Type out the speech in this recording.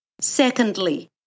Secondly